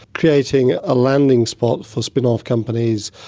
creating a landing spot for spin-off companies,